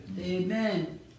Amen